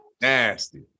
Nasty